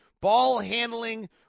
ball-handling